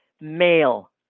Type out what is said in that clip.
male